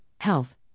health